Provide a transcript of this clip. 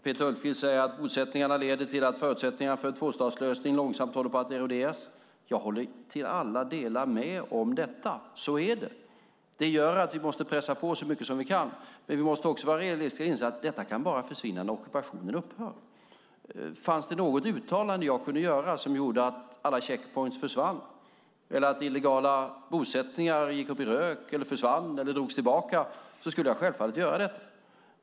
Peter Hultqvist säger att motsättningarna leder till att förutsättningarna för en tvåstatslösning långsamt håller på att eroderas. Till alla delar håller jag med om detta. Så är det. Det gör att vi måste pressa på så mycket vi kan. Men vi måste också vara realistiska och inse att det här kan försvinna bara när ockupationen upphör. Fanns det något uttalande jag kunde göra som gjorde att alla checkpoints försvann eller att illegala bosättningar gick upp i rök, försvann eller drogs tillbaka skulle jag självfallet göra ett sådant uttalande.